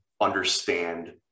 understand